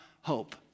hope